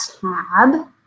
tab